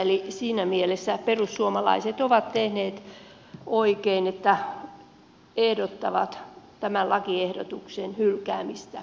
eli siinä mielessä perussuomalaiset ovat tehneet oikein että ehdottavat tämän lakiehdotuksen hylkäämistä